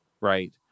Right